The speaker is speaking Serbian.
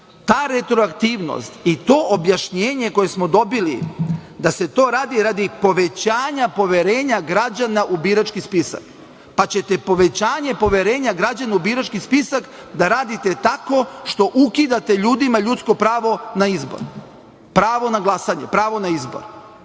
ta retroaktivnost to objašnjenje koje smo dobili, da se to radi radi povećanja poverenja građana u birački spisak, pa ćete povećanje poverenja građana u birački spisak da radite tako što ukidate ljudima ljudsko pravo na izbor, pravo na glasanje, pravo na izbor,